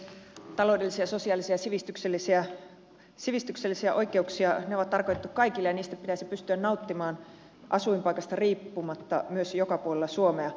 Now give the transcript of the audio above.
taloudelliset sosiaaliset ja sivistykselliset oikeudet on tarkoitettu kaikille ja niistä pitäisi pystyä nauttimaan asuinpaikasta riippumatta myös joka puolella suomea